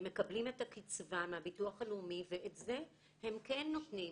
הם מקבלים את הקצבה מהביטוח הלאומי ואת זה הם כן נותנים